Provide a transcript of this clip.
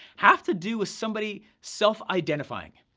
have to do with somebody self identifying.